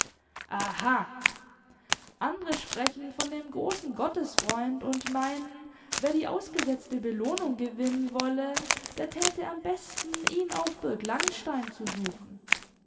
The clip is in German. aha andere sprechen von dem großen gottesfreund und meinen wer die ausgesetzte belohnung gewinnen wolle der täte am besten ihn auf burg langenstein zu suchen